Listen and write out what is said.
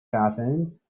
cartoons